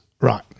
Right